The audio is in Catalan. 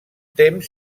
temps